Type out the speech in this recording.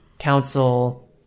council